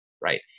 right